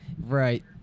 Right